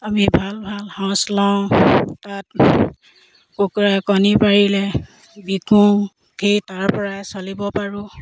আমি ভাল ভাল সঁচ লওঁ তাত কুকুৰাই কণী পাৰিলে বিকো সেই তাৰপৰাই চলিব পাৰোঁ